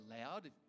loud